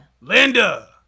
Linda